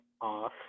off